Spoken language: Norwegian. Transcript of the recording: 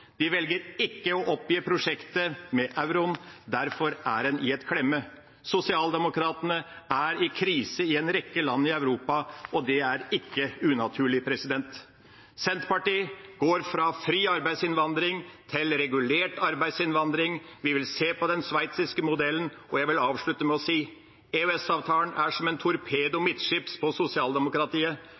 de velger ikke å oppgi prosjektet med euro, og er derfor i en klemme. Sosialdemokratene er i krise i en rekke land i Europa, og det er ikke unaturlig. Senterpartiet går fra fri arbeidsinnvandring til regulert arbeidsinnvandring. Vi vil se på den sveitsiske modellen. Jeg vil avslutte med å si at EØS-avtalen er som en torpedo midtskips på sosialdemokratiet.